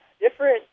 different